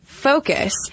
Focus